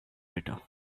better